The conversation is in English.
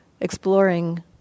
exploring